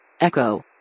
Echo